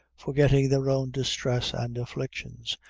forgetting their own distress and afflictions,